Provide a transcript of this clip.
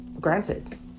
Granted